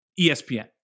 ESPN